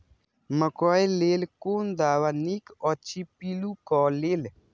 मकैय लेल कोन दवा निक अछि पिल्लू क लेल?